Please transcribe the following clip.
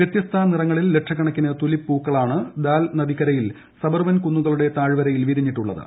വൃത്യസ്ത നിറങ്ങളിൽ ലക്ഷക്കണക്കിന് തുലിപ് പൂക്കളാണ് ദാൽ നദിക്കരയിലെ സബർവൻ കുന്നുകളുടെ താഴ്വരയിൽ വിരിഞ്ഞിട്ടുള്ളത്